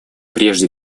прежде